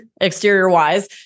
exterior-wise